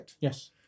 Yes